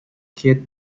kid